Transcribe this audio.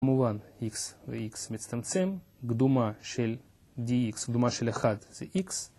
כמובן x ו-x מצטמצם, קדומה של dx, קדומה של 1 זה x